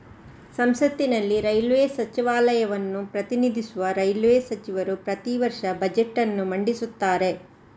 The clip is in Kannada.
ಸಂಸತ್ತಿನಲ್ಲಿ ರೈಲ್ವೇ ಸಚಿವಾಲಯವನ್ನು ಪ್ರತಿನಿಧಿಸುವ ರೈಲ್ವೇ ಸಚಿವರು ಪ್ರತಿ ವರ್ಷ ಬಜೆಟ್ ಅನ್ನು ಮಂಡಿಸುತ್ತಾರೆ